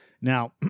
Now